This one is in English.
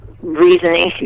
Reasoning